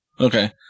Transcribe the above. Okay